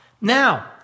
Now